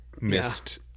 missed